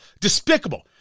despicable